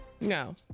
No